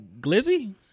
Glizzy